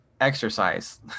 Exercise